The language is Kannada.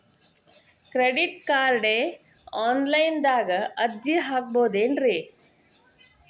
ಕ್ರೆಡಿಟ್ ಕಾರ್ಡ್ಗೆ ಆನ್ಲೈನ್ ದಾಗ ಅರ್ಜಿ ಹಾಕ್ಬಹುದೇನ್ರಿ?